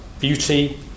beauty